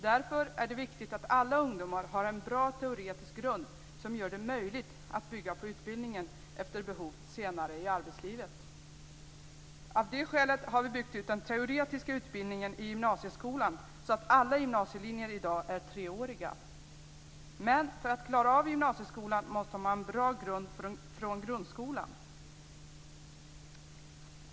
Därför är det viktigt att alla ungdomar har en bra teoretisk grund som gör det möjligt att senare i arbetslivet bygga på utbildningen efter behov. Av det skälet har vi byggt ut den teoretiska utbildningen i gymnasieskolan så att alla gymnasielinjer i dag är treåriga. Men för att klara av gymnasieskolan måste man ha en bra grund från grundskolan.